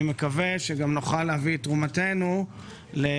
אני מקווה שגם נוכל להביא את תרומתנו לחיבור